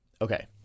Okay